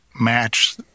match